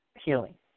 healing